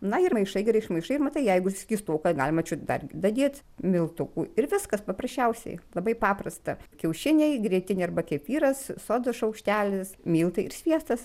na ir maišai gerai išmaišai ir matai jeigu skystoka galima čiut dar dadėt miltukų ir viskas paprasčiausiai labai paprasta kiaušiniai grietinė arba kefyras sodos šaukštelis miltai ir sviestas